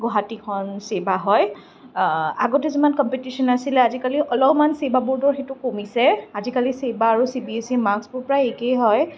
গুৱাহাটীখন ছেবা হয় আগতে যিমান কম্পিটিশ্বন আছিল আজিকালি অলপমান ছেবা বোৰ্ডৰ সেইটো কমিছে আজিকালি ছেবা আৰু চিবিএছইৰ মাৰ্কচবোৰ প্ৰায় একেই হয়